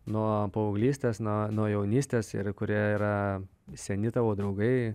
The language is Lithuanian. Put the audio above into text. nuo paauglystės nuo nuo jaunystės ir kurie yra seni tavo draugai